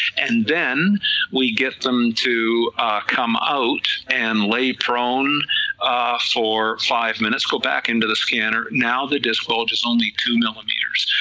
and then we get them to come out and lay prone for five minutes, go back into the scanner, now the disc bulges only two millimeters,